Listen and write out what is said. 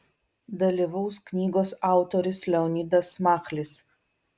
dalyvaus knygos autorius leonidas machlis